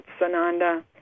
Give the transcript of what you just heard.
Sananda